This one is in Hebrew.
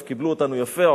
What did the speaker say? אז קיבלו אותנו יפה,